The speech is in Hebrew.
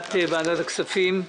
ישיבת ועדת הכספים.